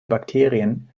bakterien